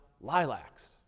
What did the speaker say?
lilacs